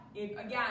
again